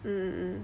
mm mm mm